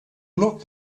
look